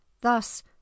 Thus